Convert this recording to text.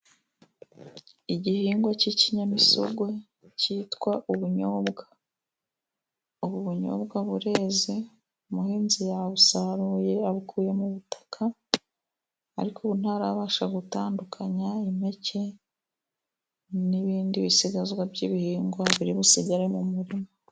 Igihingwa cy'ikinyamisogwe cyitwa ubunyobwa, ubu bunyobwa bureze umuhinzi yabusaruye abukuye mu butaka ariko ubu ntarabasha gutandukanya impeke n'ibindi bisigazwa by'ibihingwa biri busigare mu murima.